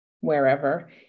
wherever